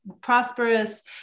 prosperous